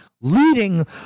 leading